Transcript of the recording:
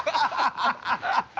ah